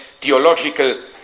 theological